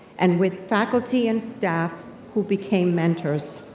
and with faculty and staff who became mentors,